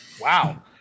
Wow